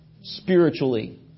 spiritually